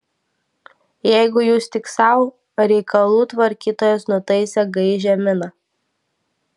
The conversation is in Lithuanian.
jeigu jūs tik sau reikalų tvarkytojas nutaisė gaižią miną